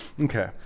Okay